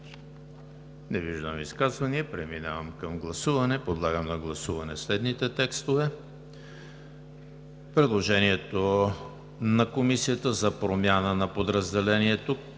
Не виждам. Преминавам към гласуване. Подлагам на гласуване следните текстове: предложението на Комисията за промяна на подразделението